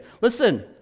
listen